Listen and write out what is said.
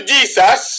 Jesus